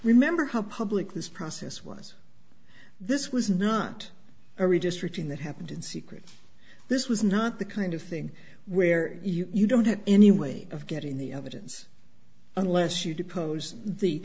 remember how public this process was this was not a redistricting that happened in secret this was not the kind of thing where you don't have any way of getting the evidence unless you depose